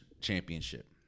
championship